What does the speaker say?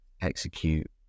execute